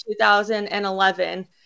2011